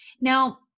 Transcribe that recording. now